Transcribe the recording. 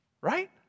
Right